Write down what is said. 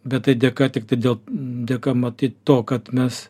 bet tai dėka tiktai dėl dėka matyt to kad mes